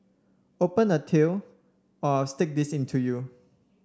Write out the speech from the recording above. open the till or I'll stick this into you